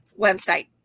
website